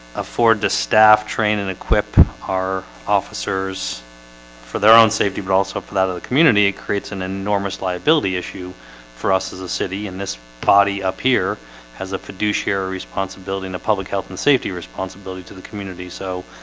afford the staff train and equip our officers for their own safety, but also for that of the community it creates an enormous liability issue for us as a city and this body up here has a fiduciary responsibility and a public health and safety responsibilities to the community. so